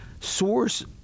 source